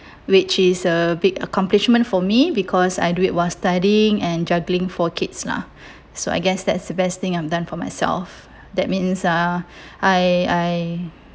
which is a big accomplishment for me because I do it while studying and juggling four kids lah so I guess that's the best thing I'm done for myself that means uh I I